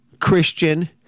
Christian